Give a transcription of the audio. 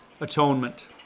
atonement